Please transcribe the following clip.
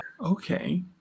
Okay